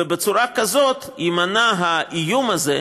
ובצורה כזאת יימנע האיום הזה,